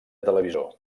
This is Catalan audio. televisor